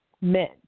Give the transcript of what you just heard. Men